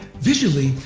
visually,